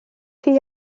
chi